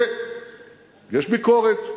ויש ביקורת.